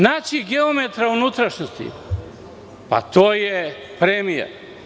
Naći geometra u unutrašnjosti – to je premija.